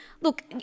look